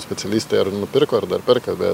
specialistė ar nupirko ar dar perka bet